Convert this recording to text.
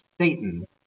Satan